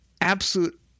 absolute